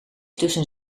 tussen